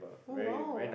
oh !wow!